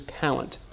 talent